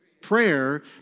Prayer